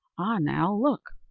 ah! now, look,